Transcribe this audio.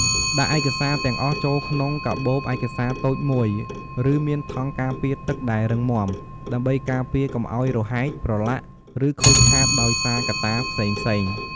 ដាក់ឯកសារទាំងអស់ចូលក្នុងកាបូបឯកសារតូចមួយ ឬមានថង់ការពារទឹកដែលរឹងមាំ ដើម្បីការពារកុំឲ្យរហែក ប្រឡាក់ ឬខូចខាតដោយសារកត្តាផ្សេងៗ។